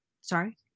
Sorry